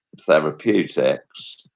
therapeutics